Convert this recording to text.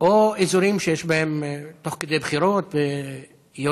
או אזורים שיש בהם, תוך כדי בחירות יורים.